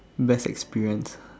best experience